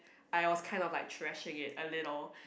I was kind of like thrashing it a little